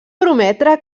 prometre